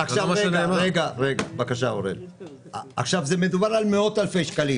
רגע עכשיו מדובר על מאות אלפי שקלים